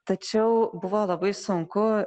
tačiau buvo labai sunku